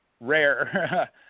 rare